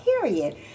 period